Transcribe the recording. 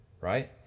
right